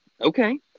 Okay